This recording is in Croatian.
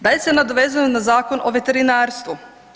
Dalje se nadovezujem na Zakon o veterinarstvu.